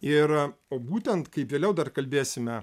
ir o būtent kaip vėliau dar kalbėsime